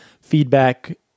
feedback